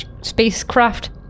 spacecraft